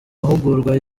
mahugurwa